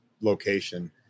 location